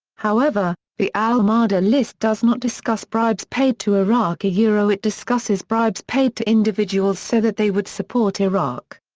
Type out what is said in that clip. however, the al mada list does not discuss bribes paid to iraq yeah it discusses bribes paid to individuals so that they would support iraq.